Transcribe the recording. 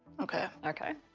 okay. okay?